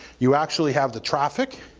you actually have the traffic,